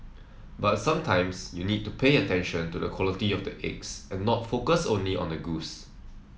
but sometimes you need to pay attention to the quality of the eggs and not focus only on the goose